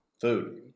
Food